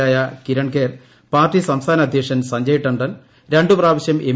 യായ കിരൺഖേർ പാർട്ടി സംസ്ഥാന അധ്യക്ഷൻ സഞ്ചയ് ടൺടൺ രണ്ടു പ്രാവശ്യം എം